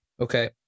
Okay